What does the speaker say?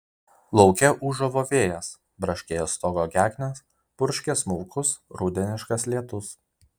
lauke ūžavo vėjas braškėjo stogo gegnės purškė smulkus rudeniškas lietus